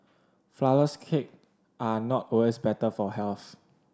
flourless cake are not always better for health